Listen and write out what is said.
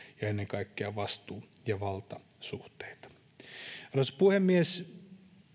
ja ennen kaikkea vastuu ja valtasuhteita arvoisa puhemies